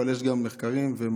אבל יש גם מחקרים שמראים,